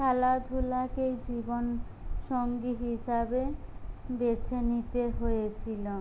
খেলাধূলাকে জীবন সঙ্গী হিসাবে বেছে নিতে হয়েছিল